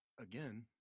Again